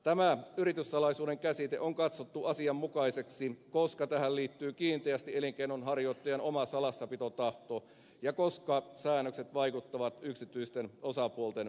tämä yrityssalaisuuden käsite on katsottu asianmukaiseksi koska tähän liittyy kiinteästi elinkeinonharjoittajan oma salassapitotahto ja koska säännökset vaikuttavat yksityisten osapuolten välillä